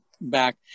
back